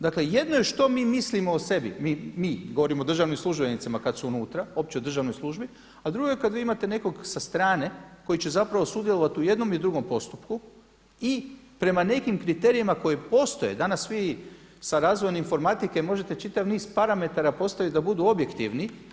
Dakle jedno je što mi mislimo o sebi, mi, govorimo o državnim službenicima kada su unutra, opće državnoj službi a drugo je kada vi imate nekog sa strane koji će zapravo sudjelovati u jednom i u drugom postupku i prema nekim kriterijima koji postoje, danas vi sa razvojem informatike možete čitav niz parametara postaviti da budu objektivni.